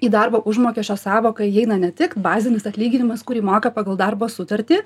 į darbo užmokesčio sąvoką įeina ne tik bazinis atlyginimas kurį moka pagal darbo sutartį